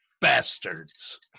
bastards